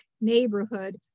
neighborhood